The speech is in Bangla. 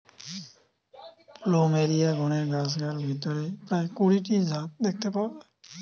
প্লুমেরিয়া গণের গাছগার ভিতরে প্রায় কুড়ি টি জাত দেখতে পাওয়া যায়